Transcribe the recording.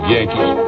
Yankees